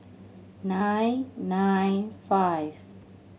nine nine five